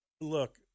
Look